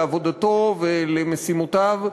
לעבודתו ולמשימותיו,